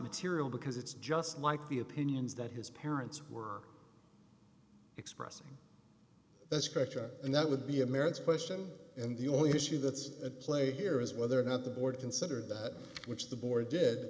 material because it's just like the opinions that his parents were expressing that's correct and that would be a merits question and the only issue that's at play here is whether or not the board considered that which the board did